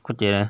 快点 leh